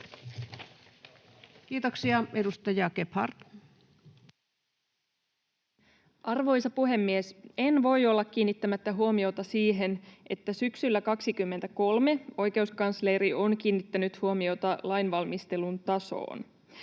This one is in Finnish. Time: 14:25 Content: Arvoisa puhemies! En voi olla kiinnittämättä huomiota siihen, että syksyllä 23 oikeuskansleri on kiinnittänyt huomiota lainvalmistelun tasoon.